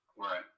Right